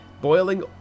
boiling